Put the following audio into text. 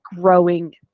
growing